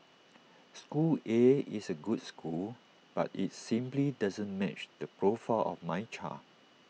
school A is A good school but IT simply doesn't match the profile of my child